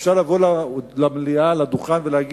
אפשר לבוא לדוכן במליאה ולהגיד: